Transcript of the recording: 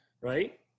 right